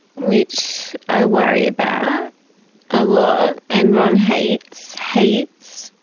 which i worry about a lot, and ron hates, hates,